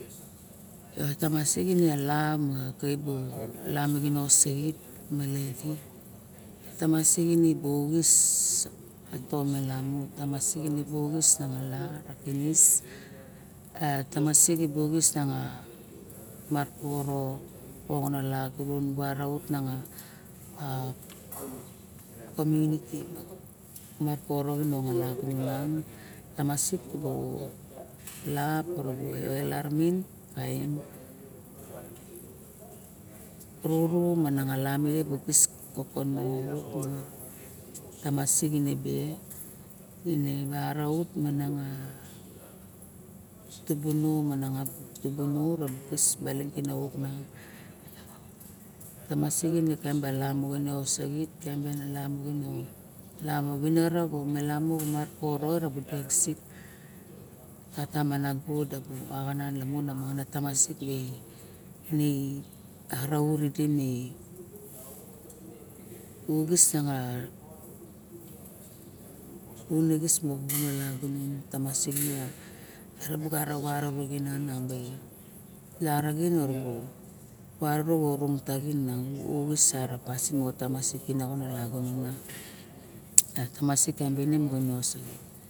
Tamasik ine la mo kaim ba la ma xino saxit ma lae edi tamasik eine mo uxis ko to melamu ma tamsik ne bu oxis nang a matoro oxono lagunon bu araut mang ba komunity ma koro meng ma lagunon tamasik tubu lap velvel arimin kaim ruru ma nala ming a kis kokono vut ma tamasik ene be ne bu araut mana ma tubu no mana rabus kis baling ma ra tamasik ine kaim bala eyosaxit malam baling lava vinora kaim kabu dek sik ma nago bu axan na malamun a tamasik di ni araut di uxis meng unixis mo nong e lagunon, tamasik erabu gara vat ra nin nan ma la ya raxin mo parabu xa orong taxin ne bu uxis mo tamasik kino xa lagunon. Na tamasik kaim ben osoxo